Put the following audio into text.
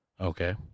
Okay